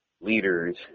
leaders